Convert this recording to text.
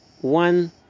one